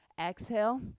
exhale